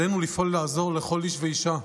עלינו לפעול לעזור לכל איש ואישה.